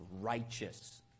righteous